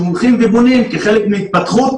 שהם הולכים ובונים כחלק מהתפתחות,